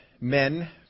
men